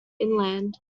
inland